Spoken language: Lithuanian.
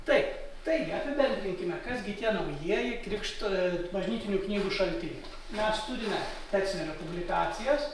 taip taigi apibendrinkime kas gi tie naujieji krikšto i bažnytinių knygų šaltiniai mes turime tecnerio publikacijas